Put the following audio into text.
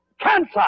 cancer